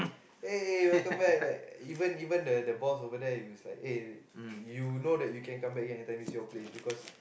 eh welcome back like even even the the boss over there if he is like you know that you can come back here anytime is you place because